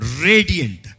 radiant